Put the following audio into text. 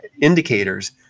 indicators